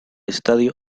estadio